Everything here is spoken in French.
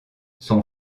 son